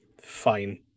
fine